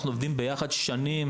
אנחנו עובדים יחד שנים